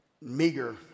meager